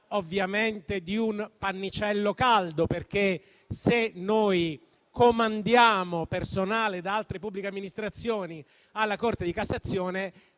ovviamente di un pannicello caldo, perché se noi comandiamo personale da altre pubbliche amministrazioni alla Corte di cassazione,